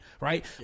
Right